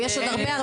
יש עוד הרבה,